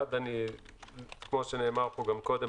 1. כמו שנאמר פה גם קודם,